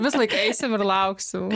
visąlaik eisim ir lauksim